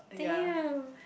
damn